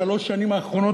בשלוש השנים האחרונות,